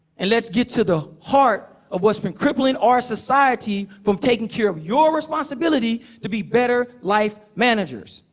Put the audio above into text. and let's get to the heart of what's been crippling our society from taking care of your responsibility to be better life managers.